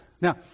Now